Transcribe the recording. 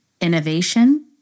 innovation